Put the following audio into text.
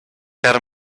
per